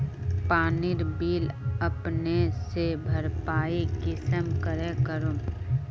पानीर बिल अपने से भरपाई कुंसम करे करूम?